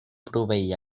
proveir